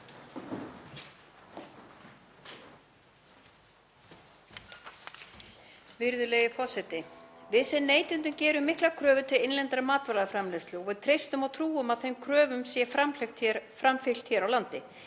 Virðulegi forseti. Við sem neytendur gerum miklar kröfur til innlendrar matvælaframleiðslu og við treystum og trúum að þeim kröfum sé framfylgt hér á landi.